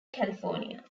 california